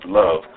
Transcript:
love